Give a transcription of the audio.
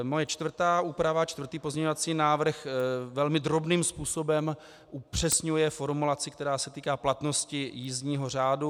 Moje čtvrtá úprava, čtvrtý pozměňovací návrh, velmi drobným způsobem upřesňuje formulaci, která se týká platnosti jízdního řádu.